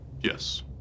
Yes